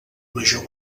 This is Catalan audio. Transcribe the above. major